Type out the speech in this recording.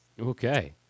Okay